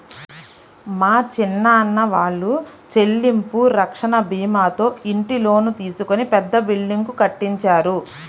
మా చిన్నాన్న వాళ్ళు చెల్లింపు రక్షణ భీమాతో ఇంటి లోను తీసుకొని పెద్ద బిల్డింగ్ కట్టించారు